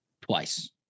twice